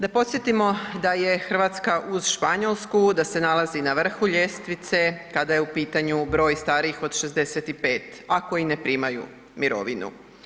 Da podsjetimo da je Hrvatska uz Španjolsku, da se nalazi na vrhu ljestvice kada je u pitanju broj starijih od 65 g. a koji ne primaju mirovinu.